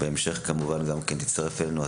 בהמשך תצטרף אלינו,